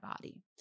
body